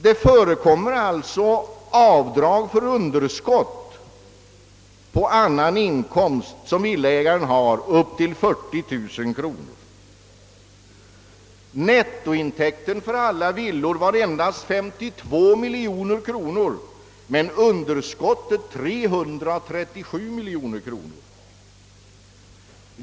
Det förekommer alltså från annan inkomst, som villaägare har, avdrag för underskott på upp till 40 000 kronor. Nettointäkten för alla villor var endast 52 miljoner kronor, men underskottet var 337 miljoner kronor.